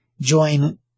join